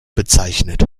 bezeichnet